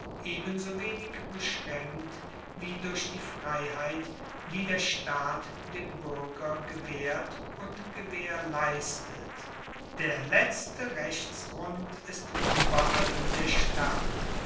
ebensowenig beschraenkt wie durch die freiheit die der staat dem buerger gewaehrt und gewaehrleistet der letzte rechtsgrund ist ueberall der staat